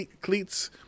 Cleats